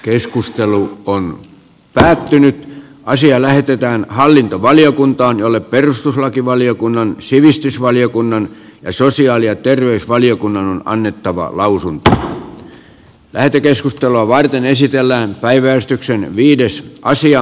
keskustelu on päättynyt ja asia lähetetään hallintovaliokuntaan jolle perustuslakivaliokunnan sivistysvaliokunnan eri linjalla ja on lopettamassa nämä julkisen talouden suunnitelmassaan